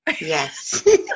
Yes